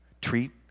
treat